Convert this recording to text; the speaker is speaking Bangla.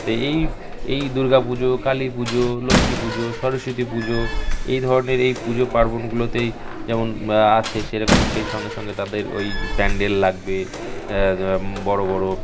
তো এই এই দুর্গা পুজো কালী পুজো লক্ষ্মী পুজো সরস্বতী পুজো এই ধরনের এই পুজো পার্বণগুলোতেই যেমন আছে সেরকম সেই সঙ্গে সঙ্গে তাদের ওই প্যান্ডেল লাগবে বড় বড়